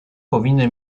powinny